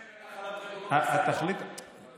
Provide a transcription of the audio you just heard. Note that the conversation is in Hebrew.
יש הבדל בין החלת ריבונות לסיפוח?